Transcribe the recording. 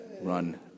run